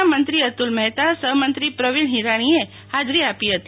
ના મંત્રી તુલ મહેતા સફમંત્રી પ્રવીણ હિરાણીએ હાજરી આપી હતી